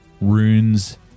runes